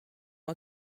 moi